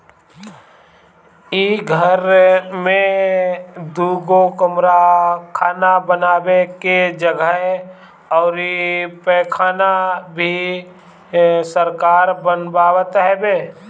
इ घर में दुगो कमरा खाना बानवे के जगह अउरी पैखाना भी सरकार बनवावत हवे